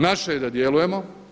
Naše je da djelujemo.